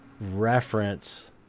reference